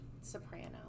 soprano